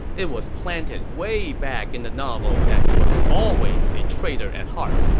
it was planted way back in the novel that he was always a traitor at heart,